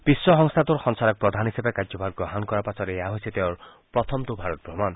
বিশ্ব সংস্থাটোৰ সঞ্চালকপ্ৰধান হিচাপে কাৰ্যভাৰ গ্ৰহণ কৰাৰ পাছত এয়া হৈছে তেওঁৰ প্ৰথমটো ভাৰত ভ্ৰমণ